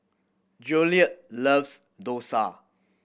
Jolette loves dosa